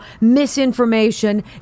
misinformation